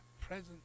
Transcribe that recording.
present